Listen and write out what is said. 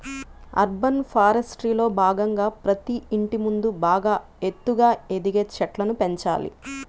urban ఫారెస్ట్రీలో భాగంగా ప్రతి ఇంటి ముందు బాగా ఎత్తుగా ఎదిగే చెట్లను పెంచాలి